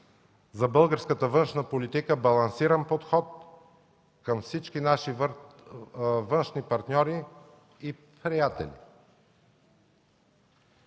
за българската външна политика балансиран подход към всички наши външни партньори и приятели.